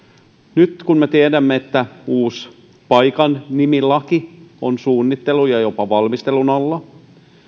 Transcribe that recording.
nyt kun me tiedämme että uusi paikannimilaki on suunnittelun ja jopa valmistelun alla